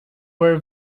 were